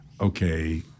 okay